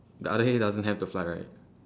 the other hay doesn't have the fly right